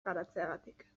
garatzeagatik